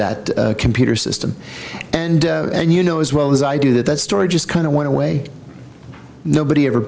that computer system and and you know as well as i do that that story just kind of went to way nobody ever